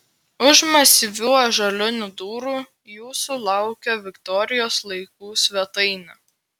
už masyvių ąžuolinių durų jūsų laukia viktorijos laikų svetainė